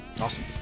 Awesome